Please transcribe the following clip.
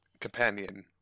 companion